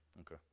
okay